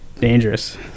dangerous